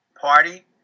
Party